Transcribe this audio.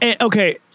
Okay